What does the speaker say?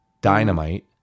Dynamite